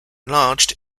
enlarged